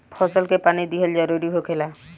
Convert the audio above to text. फसल के पानी दिहल जरुरी होखेला